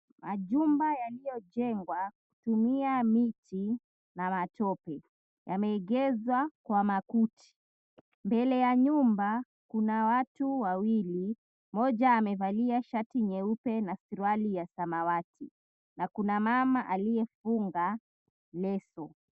Majumba yaliyojengwa kutumia miti na matope yameegezwa kwa makuti. Mbele ya nyumba kuna watu wawili, mmoja amevalia shati nyeupe na suruali ya samawati na kuna mama aliyefunga leso.